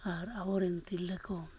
ᱟᱨ ᱟᱵᱚᱨᱮᱱ ᱛᱤᱨᱞᱟᱹ ᱠᱚ